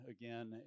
again